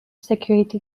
security